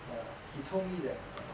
err he told me that err